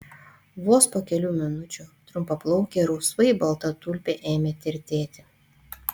vos po kelių minučių trumpaplaukė rusvai balta tulpė ėmė tirtėti